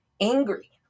angry